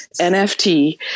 NFT